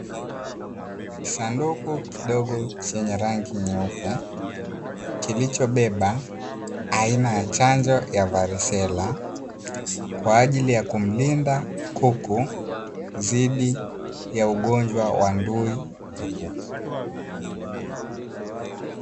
Kisanduku kidogo chenye rangi nyeupe kilichobeba aina ya chanjo ya "Varicella" kwa ajili ya kumlinda kuku dhidi ya ugonjwa wa ndui ya kuku.